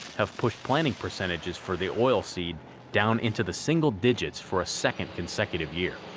have pushed planting percentages for the oilseed down into the single digits for a second consecutive year.